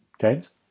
James